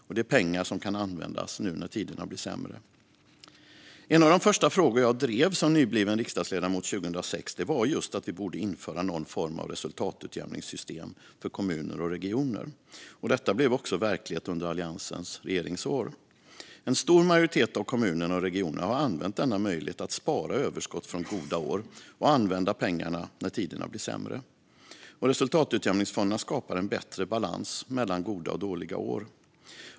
Det är pengar som kan användas nu när tiderna blir sämre. En av de första frågor jag drev som nybliven riksdagsledamot 2006 var just att vi borde införa någon form av resultatutjämningssystem för kommuner och regioner. Detta blev också verklighet under Alliansens regeringsår. En stor majoritet av kommunerna och regionerna har använt denna möjlighet att spara överskott från goda år och använda pengarna när tiderna blir sämre. Resultatutjämningsfonderna skapar en bättre balans mellan goda och dåliga år.